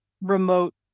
remote